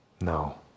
No